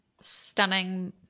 stunning